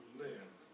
live